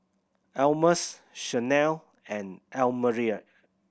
Almus Shanell and Almira